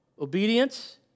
Obedience